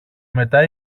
μετά